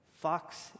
Fox